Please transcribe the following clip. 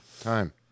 time